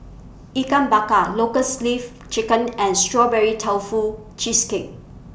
Ikan Bakar Lotus Leaf Chicken and Strawberry Tofu Cheesecake